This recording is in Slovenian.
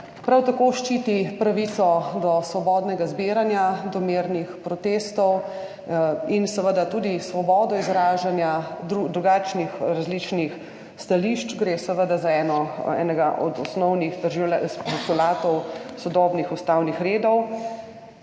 prav tako ščiti pravico do svobodnega zbiranja, do mirnih protestov in seveda tudi do svobode izražanja drugačnih, različnih stališč. Gre seveda za enega od osnovnih postulatov sodobnih ustavnih redov.